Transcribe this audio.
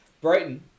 Brighton